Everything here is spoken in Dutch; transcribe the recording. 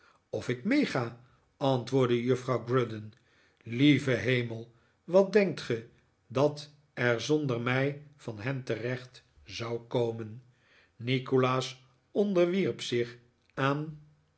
of ik meega antwoordde juffrouw grudden lieve hemel wat denkt ge dat er zonder mij van hen terecht zou komen nikolaas onderwierp zich aan